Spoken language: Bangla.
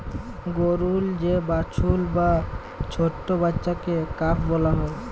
গরুর যে বাছুর বা ছট্ট বাচ্চাকে কাফ ব্যলা হ্যয়